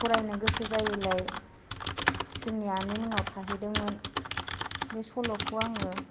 फरायनो गोसो जायैलाय जोंनि आनैमोननाव थाहैदोंमोन बे सल'खौ आङो